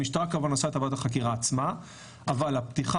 המשטרה כמובן עושה את עבודת החקירה עצמה אבל הפתיחה